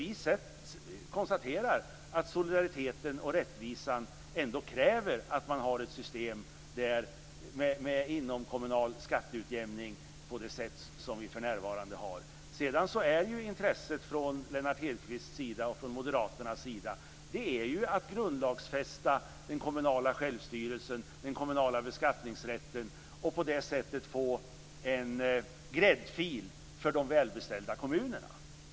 Vi konstaterar att solidariteten och rättvisan kräver att man har ett system med inomkommunal skatteutjämning på det sätt som vi för närvarande har. Intresset från Lennart Hedquists och Moderaternas sida är ju att grundlagsfästa den kommunala självstyrelsen och den kommunala beskattningsrätten och på det sättet få en gräddfil för de välbeställda kommunerna.